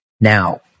now